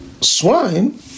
Swine